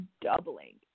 doubling